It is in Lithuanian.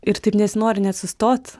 ir taip nesinori net sustot